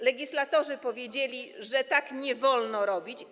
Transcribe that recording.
Legislatorzy powiedzieli, że tak nie wolno robić.